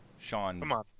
Sean